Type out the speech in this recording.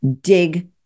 dig